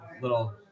little